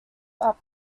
are